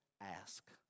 ask